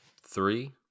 three